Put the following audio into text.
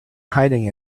hiding